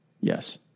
Yes